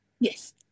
Yes